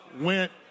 went